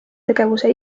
tegevuse